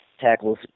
tackles